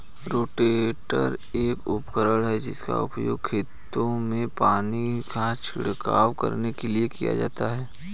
rotator एक उपकरण है जिसका उपयोग खेतों में पानी का छिड़काव करने के लिए किया जाता है